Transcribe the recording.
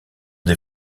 des